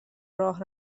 راه